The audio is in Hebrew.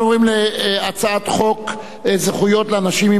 אנחנו עוברים להצעת חוק זכויות לאנשים עם